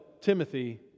Timothy